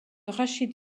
rachid